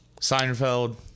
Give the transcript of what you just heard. Seinfeld